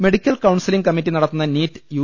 medical counselling committee നടത്തുന്ന NEET U